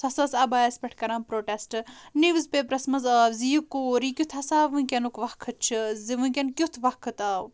سۄ ہسا ٲس اَبایہس پٮ۪ٹھ کَران پروٹیٚسٹ نِوٕز پیپرَس منٛز آو زِ یہِ کوٗر یہِ کیُتھ ہسا ؤنکیٚنُک وقت چھُ زِ ؤنٛکیٚن کیُتھ وقت آو